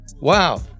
Wow